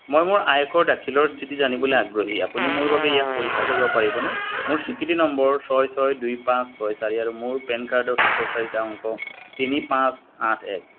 মই মোৰ আয়কৰ দাখিলৰ স্থিতি জানিবলৈ আগ্ৰহী আপুনি মোৰ বাবে ইয়াক পৰীক্ষা কৰিব পাৰিবনে মোৰ স্বীকৃতি নম্বৰ ছয় ছয় দুই পাঁচ ছয় চাৰি আৰু মোৰ পেন কাৰ্ডৰ শেষৰ চাৰিটা অংক তিনি পাঁচ আঠ এক